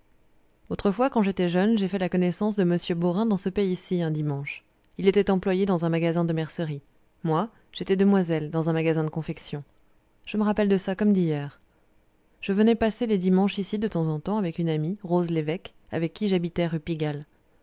autrefois quand j'étais jeune j'ai fait la connaissance de m beaurain dans ce pays-ci un dimanche il était employé dans un magasin de mercerie moi j'étais demoiselle dans un magasin de confections je me rappelle de ça comme d'hier je venais passer les dimanches ici de temps en temps avec une amie rose levêque avec qui j'habitais rue pigalle